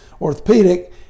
orthopedic